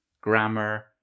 grammar